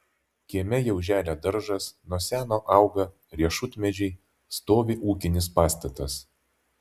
kieme jau želia daržas nuo seno auga riešutmedžiai stovi ūkinis pastatas